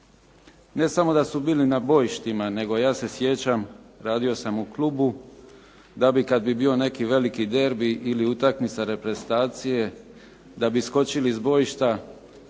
ne samo da su bili na bojištima nego ja se sjećam radio sam u klubu da bi kad bi bio neki veliki derbi ili utakmica reprezentacije da bi iskočili iz bojišta,